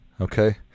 Okay